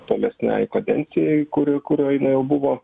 tolesnei kadencijai kuri kurioj jinai jau buvo